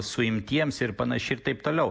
suimtiems ir panašiai ir taip toliau